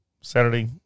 saturday